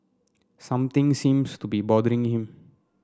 something seems to be bothering him